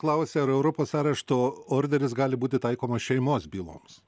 klausia ar europos arešto orderis gali būti taikomas šeimos byloms